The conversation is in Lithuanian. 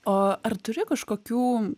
o ar turi kažkokių